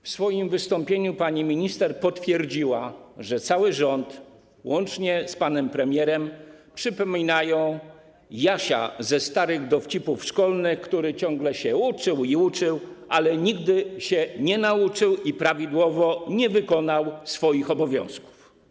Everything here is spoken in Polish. W swoim wystąpieniu pani minister potwierdziła, że cały rząd, łącznie z panem premierem, przypomina Jasia ze starych dowcipów szkolnych, który ciągle się uczył i uczył, ale nigdy się nie nauczył i prawidłowo nie wykonał swoich obowiązków.